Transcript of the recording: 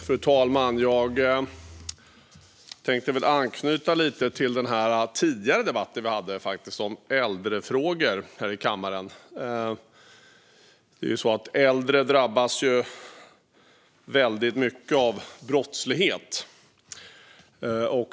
Fru talman! Jag tänkte anknyta lite till den debatt vi hade om äldrefrågor här i kammaren tidigare i dag. Äldre drabbas ju väldigt mycket av brottslighet.